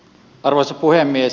arvoisa puhemies